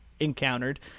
encountered